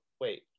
wait